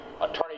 attorney